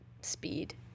speed